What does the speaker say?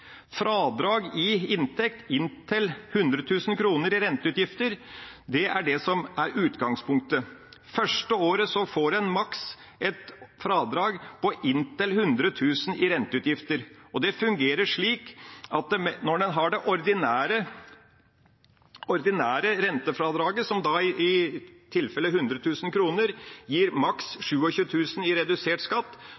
Fradrag i inntekt inntil 100 000 kr i renteutgifter er det som er utgangspunktet. Det første året får en maksimalt et fradrag på inntil 100 000 kr i renteutgifter. Det fungerer slik at når en har det ordinære rentefradraget, som i tilfellet med 100 000 kr gir maksimalt 27 000 kr i redusert skatt,